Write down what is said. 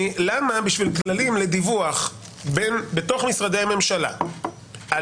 למה בשביל כללים לדיווח בתוך משרדי הממשלה על